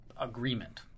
agreement